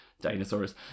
dinosaurs